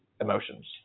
emotions